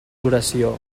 oració